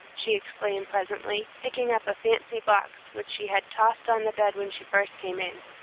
she exclaimed, presently, picking up a fancy box which she had tossed on the bed when she first came in.